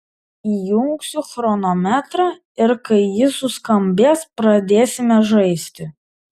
įjungsiu chronometrą ir kai jis suskambės pradėsime žaisti